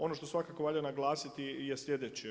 Ono što svakako valja naglasiti je sljedeće.